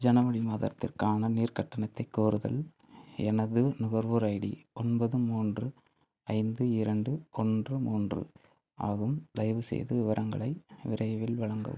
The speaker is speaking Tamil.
ஜனவரி மாதத்திற்கான நீர் கட்டணத்தை கோருதல் எனது நுகர்வோர் ஐடி ஒன்பது மூன்று ஐந்து இரண்டு ஒன்று மூன்று ஆகும் தயவுசெய்து விவரங்களை விரைவில் வழங்கவும்